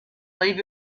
leave